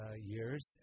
years